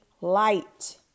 light